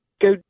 go